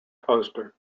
poster